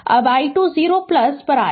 अब i2 0 पर आएं